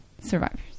survivors